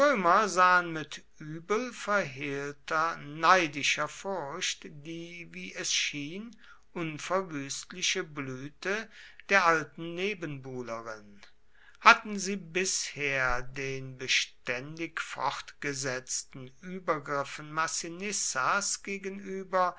mit übelverhehlter neidischer furcht die wie es schien unverwüstliche blüte der alten nebenbuhlerin hatten sie bisher den beständig fortgesetzten übergriffen massinissas gegenüber